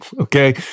okay